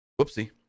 whoopsie